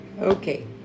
okay